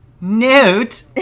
note